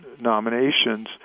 nominations